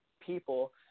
people